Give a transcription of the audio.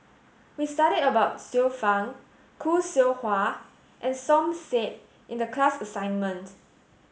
we studied about Xiu Fang Khoo Seow Hwa and Som said in the class assignment